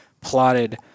plotted